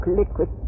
liquid